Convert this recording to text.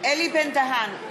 אלי בן-דהן,